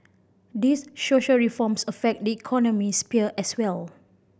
these reforms affect the economic sphere as well